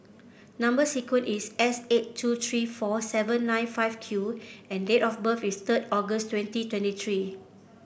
number sequence is S eight two three four seven nine five Q and date of birth is third August twenty twenty three